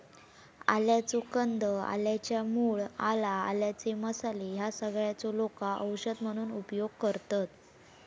आल्याचो कंद, आल्याच्या मूळ, आला, आल्याचे मसाले ह्या सगळ्यांचो लोका औषध म्हणून उपयोग करतत